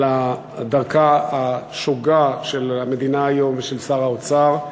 דרכה השוגה של המדינה היום ושל שר האוצר.